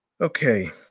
Okay